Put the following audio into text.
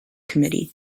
committee